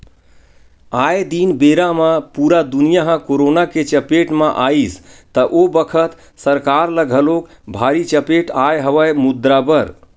आये दिन बेरा म पुरा दुनिया ह करोना के चपेट म आइस त ओ बखत सरकार ल घलोक भारी चपेट आय हवय मुद्रा बर